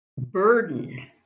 burden